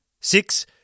six